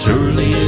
Surely